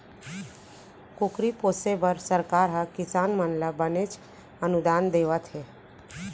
कुकरी पोसे बर सरकार हर किसान मन ल बनेच अनुदान देवत हे